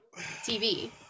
TV